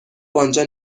آنجا